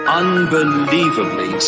unbelievably